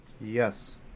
Yes